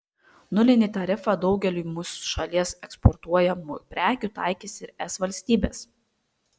nulinį tarifą daugeliui mūsų šalies eksportuojamų prekių taikys ir es valstybės